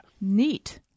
neat